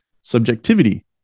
subjectivity